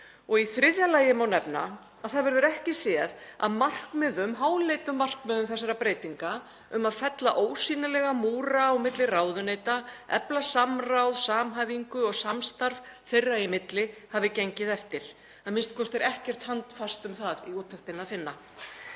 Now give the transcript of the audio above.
Í þriðja lagi má nefna að það verður ekki séð að markmiðum, háleitum markmiðum þessara breytinga, um að fella ósýnilega múra á milli ráðuneyta, efla samráð, samhæfingu og samstarf þeirra í milli hafi gengið eftir, a.m.k. er ekkert handfast um það í úttektinni að finna.